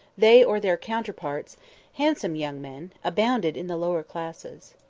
they or their counterparts handsome young men abounded in the lower classes.